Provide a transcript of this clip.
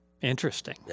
Interesting